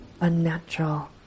unnatural